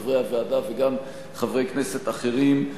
חברי הוועדה וגם חברי כנסת אחרים,